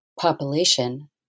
population